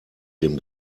dem